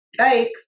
yikes